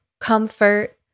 comfort